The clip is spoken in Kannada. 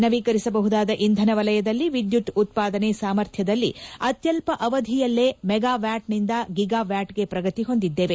ನವೀಕರಿಸಬಹುದಾದ ಇಂಧನ ವಲಯದಲ್ಲಿ ವಿದ್ಯುತ್ ಉತ್ಪಾದನೆ ಸಾಮರ್ಥ್ಯದಲ್ಲಿ ಅತ್ಯಲ್ಪ ಅವಧಿಯಲ್ಲಿಯೇ ಮೆಗಾವ್ಯಾಟ್ನಿಂದ ಗಿಗಾವ್ಯಾಟ್ಗೆ ಪ್ರಗತಿ ಹೊಂದಿದ್ದೇವೆ